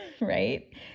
right